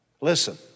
Listen